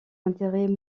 intérêts